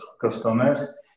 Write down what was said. customers